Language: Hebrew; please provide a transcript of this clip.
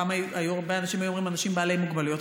פעם הרבה אנשים היו אומרים: אנשים בעלי מוגבלויות.